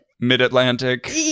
Mid-Atlantic